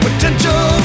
Potential